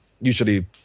usually